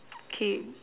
okay